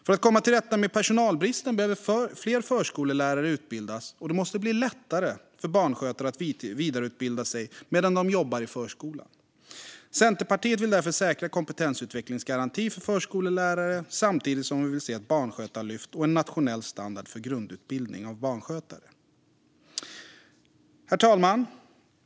För att komma till rätta med personalbristen behöver fler förskollärare utbildas, och det måste bli lättare för barnskötare att vidareutbilda sig medan de jobbar i förskolan. Centerpartiet vill därför säkra en kompetensutvecklingsgaranti för förskollärare samtidigt som vi vill se ett barnskötarlyft och en nationell standard för grundutbildning av barnskötare. Herr talman!